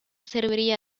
serviría